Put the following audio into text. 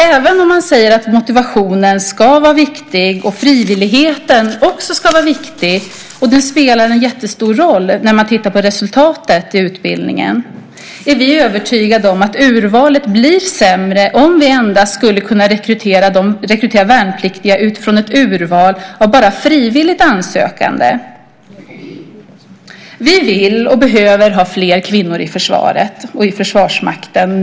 Även om man säger att motivationen och frivilligheten också ska vara viktiga och spelar jättestor roll när man tittar på resultatet i utbildningen, är vi övertygade om att urvalet blir sämre om vi skulle kunna rekrytera värnpliktiga endast utifrån ett urval av frivilliga. Vi vill och behöver ha fler kvinnor i försvaret och i Försvarsmakten.